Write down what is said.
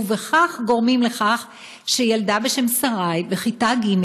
ובכך גורמים לכך שילדה בשם שרי בכיתה ג',